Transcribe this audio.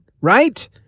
right